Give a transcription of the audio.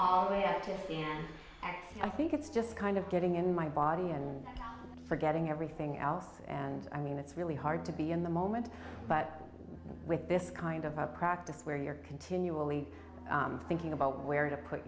all the way up to i think it's just kind of getting in my body and forgetting everything else and i mean it's really hard to be in the moment but with this kind of a practice where you're continually thinking about where to put